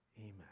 Amen